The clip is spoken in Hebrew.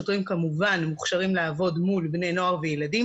כמובן שלא כל השוטרים מוכשרים לעבוד מול בני נוער וילדים